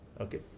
okay